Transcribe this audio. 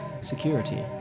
security